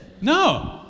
No